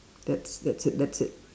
that's that's it that's it